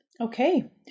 Okay